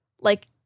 Like-